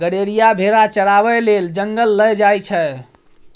गरेरिया भेरा चराबै लेल जंगल लए जाइ छै